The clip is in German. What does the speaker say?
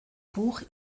buch